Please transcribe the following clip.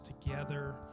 together